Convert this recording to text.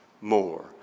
more